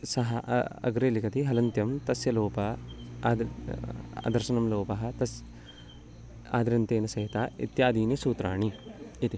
सः अ अग्रे लिखति हलन्त्यं तस्य लोपः अदृ अदर्शनं लोपः तस् आदिरन्त्येन सहेता इत्यादीनि सूत्राणि इति